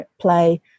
play